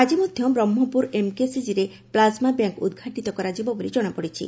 ଆଜି ମଧ୍ଧ ବ୍ରହ୍କପୁର ଏମ୍କେସିଜିରେ ପ୍ଲାକ୍ମା ବ୍ୟାଙ୍କ ଉଦ୍ଘାଟିତ କରାଯିବ ବୋଲି ଜଣାପଡିଛି